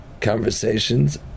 conversations